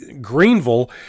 Greenville